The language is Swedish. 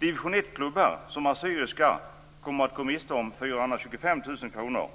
Division I-klubbar som Asyriska kommer att gå miste om 425 000 kr.